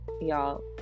y'all